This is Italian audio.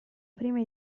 prima